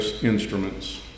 instruments